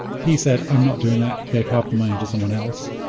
he said, i'm not doing that. he gave half the money to someone else.